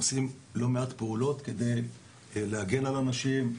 אנחנו עושים לא מעט פעולות כדי להגן על הנשים,